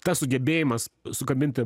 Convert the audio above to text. tas sugebėjimas sukabinti